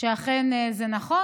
שאכן זה נכון,